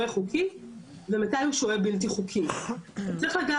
צריך לדעת שברגע שהוא שוהה בלתי חוקי שיש לזה משמעותיות,